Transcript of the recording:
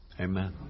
Amen